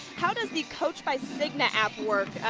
how does the coach by cigna app work?